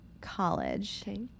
college